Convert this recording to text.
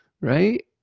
right